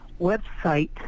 website